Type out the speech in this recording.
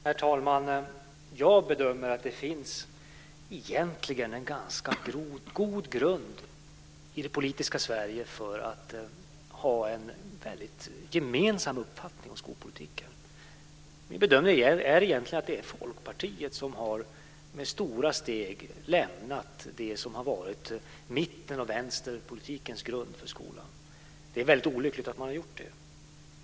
Herr talman! Jag bedömer att det egentligen finns en ganska god grund i det politiska Sverige för att ha en gemensam uppfattning i skolpolitiken. Min bedömning är egentligen att det är Folkpartiet som med stora steg har lämnat det som har varit mitten och vänsterpolitikens grund för skolan. Det är väldigt olyckligt att man har gjort det.